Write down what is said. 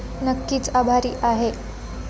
नक्कीच आभारी आहे